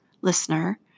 listener